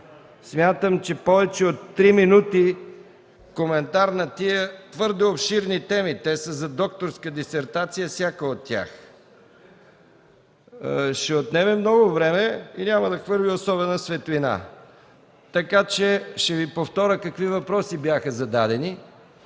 смятам, че повече от три минути коментар на тези твърде обширни теми – те са за докторска дисертация, всяка от тях, ще отнеме много време и няма да хвърли особена светлина. Така че ще Ви повторя какви въпроси бяха зададени: